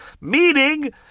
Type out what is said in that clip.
meaning